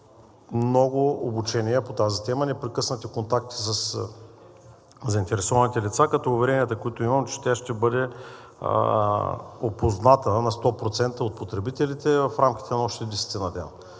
много обучения по тази тема, непрекъснати контакти със заинтересованите лица, като уверенията, които имам, са, че тя ще бъде опозната сто процента от потребителите в рамките на още десетина дена.